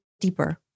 deeper